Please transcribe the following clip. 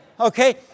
okay